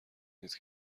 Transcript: نیست